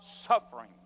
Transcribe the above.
suffering